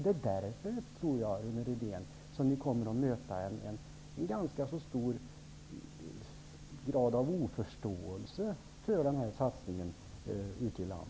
Det är därför, Rune Rydén, som jag tror att ni kommer att möta en ganska stor grad av oförståelse ute i landet för denna satsning.